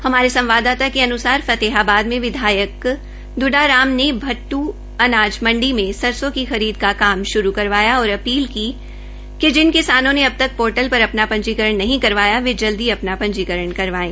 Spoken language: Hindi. हमारे संवाददाता के अनसार फतेहाबाद में विधायक दुड़ाराम ने भट्ट अनाज मंडी में सरसों की खरीद का काम श्रू करवाया और अपील की कि जिन किसानों ने अबतक पोर्टल पर अपना पंजीकरण नहीं करवाया वे जल्दी ही पंजीकरण करवायें